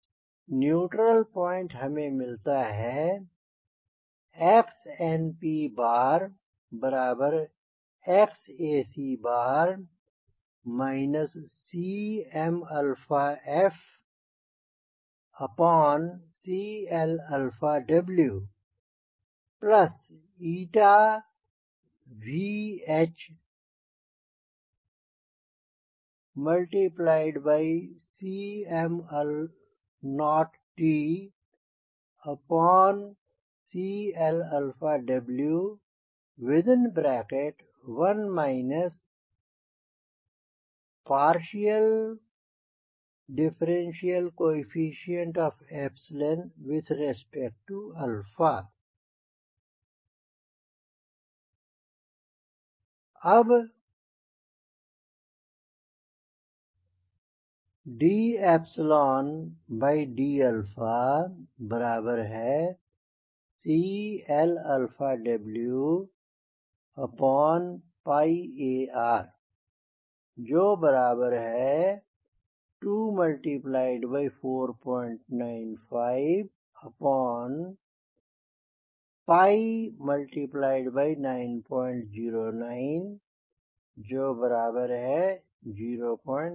neutral point हमें मिलता है XNPXac CmfCLWVHCmtCLW Now d d CLW AR24949090346 and Cmfuselage we are taking it as 0 for a time being अब d d CLW AR24949090346 और Cmf को हम अभी 0 ले रहे हैं